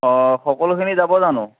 অঁ সকলোখিনি যাব জানো